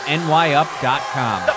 nyup.com